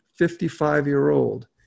55-year-old